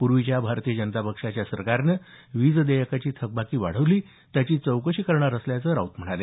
पूर्वीच्या भारतीय जनता पक्षाच्या सरकारनं वीज देयकाची थकबाकी वाढवली त्याची चौकशी करणार असल्याचं राऊत म्हणाले